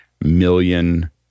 million